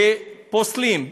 שפוסלים.